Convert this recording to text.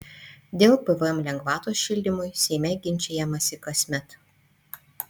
dėl pvm lengvatos šildymui seime ginčijamasi kasmet